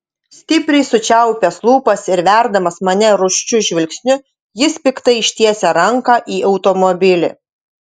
stipriai sučiaupęs lūpas ir verdamas mane rūsčiu žvilgsniu jis piktai ištiesia ranką į automobilį